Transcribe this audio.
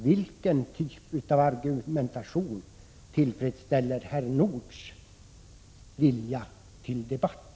Vilken typ av argumentation tillfredsställer herr Nordhs vilja till debatt?